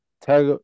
tag